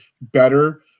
better